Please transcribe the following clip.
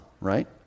right